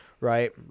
Right